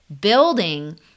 building